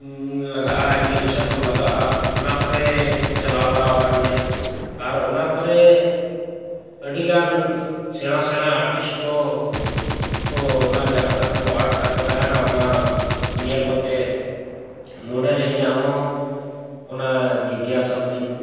ᱞᱟᱜᱟᱜᱼᱟ ᱮᱠᱡᱤᱵᱤᱥᱚᱱ ᱠᱚ ᱞᱟᱜᱟᱜᱼᱟ ᱚᱱᱟ ᱠᱚᱨᱮᱧ ᱪᱟᱞᱟᱣ ᱵᱟᱲᱟ ᱟᱠᱟᱱ ᱜᱮᱭᱟ ᱟᱨ ᱚᱱᱟ ᱠᱚᱨᱮ ᱟᱹᱰᱤ ᱜᱟᱱ ᱥᱮᱬᱟ ᱥᱮᱬᱟ ᱟᱨᱴᱤᱥᱴ ᱠᱚ ᱠᱚ ᱚᱱᱟ ᱡᱟᱦᱟᱸ ᱛᱟᱠᱚ ᱟᱨᱴ ᱛᱟᱠᱚ ᱛᱟᱦᱮᱱᱟ ᱚᱱᱟ ᱧᱮᱞ ᱠᱟᱛᱮ ᱢᱚᱱᱮ ᱨᱮ ᱤᱧᱟᱹᱜ ᱦᱚᱸ ᱚᱱᱟ ᱡᱤᱜᱽᱜᱟᱥᱟ ᱛᱤᱧ